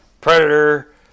Predator